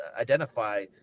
identify